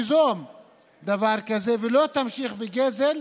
תיזום דבר כזה ולא תמשיך בגזל,